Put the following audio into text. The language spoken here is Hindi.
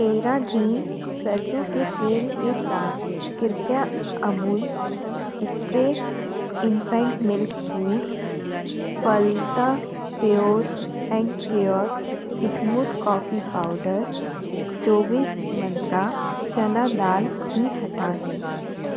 टेरा ग्रीन्स सरसों के तेल के साथ कृपया Amul spray infant milk food फलदह pure and sure smooth coffee powder चौबीस मंत्रा चना दाल भी हटा दें